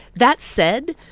that said,